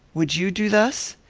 would you do thus?